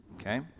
okay